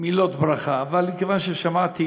מילות ברכה, אבל מכיוון ששמעתי